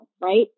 right